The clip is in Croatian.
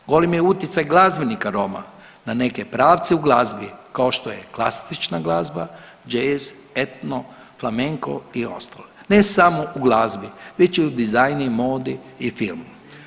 Golem je utjecaj glazbenika Roma na neke pravce u glazbi kao što je klasična glazba, jazz, etno flamenco i ostale ne samo u glazbi već i u dizajnu, modi i filmu.